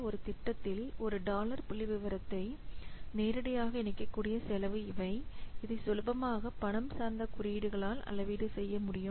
ஒரு திட்டத்தில் ஒரு டாலர் புள்ளிவிவரத்தை நேரடியாக இணைக்கக்கூடிய செலவு இவை இதை சுலபமாக பணம் சார்ந்த குறியீடுகளால் அளவீடு செய்ய முடியும்